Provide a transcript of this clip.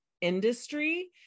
industry